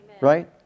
right